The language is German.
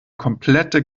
komplette